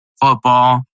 football